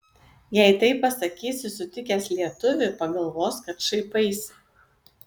jei taip pasakysi sutikęs lietuvį pagalvos kad šaipaisi